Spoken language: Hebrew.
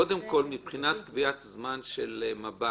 קודם כול, מבחינת קביעת זמן של מב"ד,